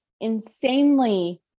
insanely